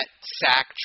Sack